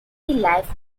life